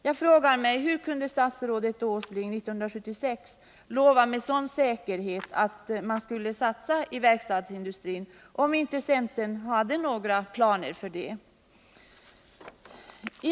Jag frågar mig hur statsrådet Åsling 1976 kunde lova med så stor säkerhet att man skulle satsa på verkstadsindustrin, om centern inte hade någon plan för det.